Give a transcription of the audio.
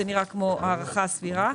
זה נראה כמו הערכה סבירה.